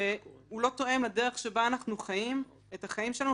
שהוא לא תואם לדרך שבה אנחנו חיים את החיים שלנו,